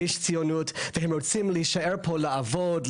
יש ציונות והם רוצים להישאר פה לעבוד,